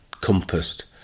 compassed